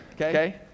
okay